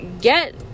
get